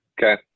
Okay